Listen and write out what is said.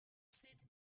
seat